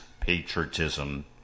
patriotism